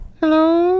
Hello